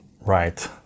Right